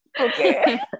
okay